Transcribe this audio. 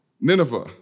Nineveh